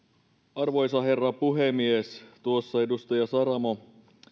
arvoisa herra puhemies tuossa edustaja saramo